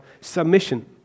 submission